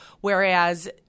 Whereas